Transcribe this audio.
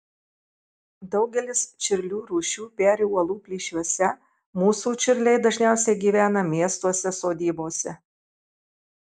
daugelis čiurlių rūšių peri uolų plyšiuose mūsų čiurliai dažniausiai gyvena miestuose sodybose